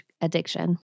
addiction